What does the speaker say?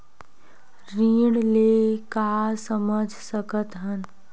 ऋण ले का समझ सकत हन?